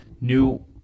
new